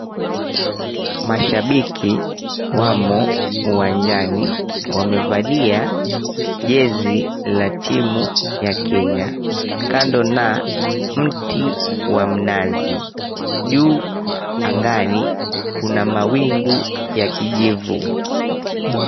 Mashabiki wamo uwanjani wamevalia jezi ya timu la Kenya kando na mti wa mnazi. Juu angani kuna mawingu ya kijivu.